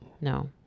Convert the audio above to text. No